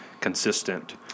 consistent